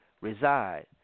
reside